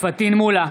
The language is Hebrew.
פטין מולא,